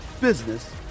business